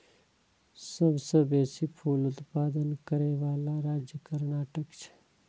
सबसं बेसी फूल उत्पादन करै बला राज्य कर्नाटक छै